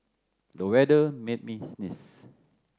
the weather made me sneeze